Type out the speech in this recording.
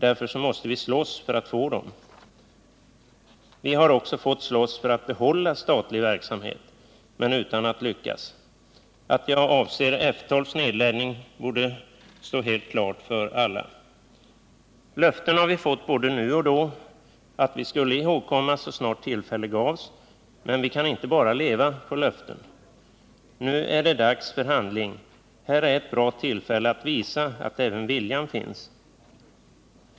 Därför måste vi slåss för att få dem. Vi har också fått slåss för att behålla statlig verksamhet — men utan att lyckas. Att jag avser nedläggningen av F 12 borde stå helt klart för alla. Löften har vi fått både nu och då att vi skulle ihågkommas så snart tillfälle gavs, men vi kan inte leva bara på löften. Nu är det dags för handling — här är ett bra tillfälle att visa att även viljan finns.